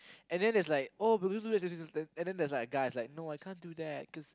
and then there's like oh but we do that and then there's like guys like no I can't do that cause